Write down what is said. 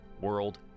world